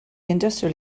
industrial